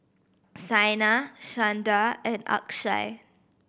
Saina Chanda and Akshay